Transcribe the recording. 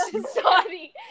Sorry